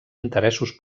interessos